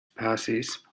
passes